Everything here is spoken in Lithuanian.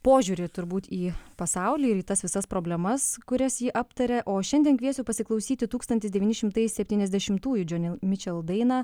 požiūrį turbūt į pasaulį ir į tas visas problemas kurias ji aptarė o šiandien kviesiu pasiklausyti tūkstantis devyni šimtai septyniasdešimtųjų džioni mičel dainą